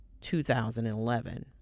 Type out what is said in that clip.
2011